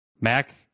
Mac